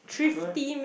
no leh